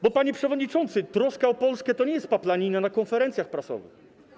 Bo, panie przewodniczący, troska o Polskę to nie jest paplanina na konferencjach prasowych.